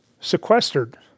sequestered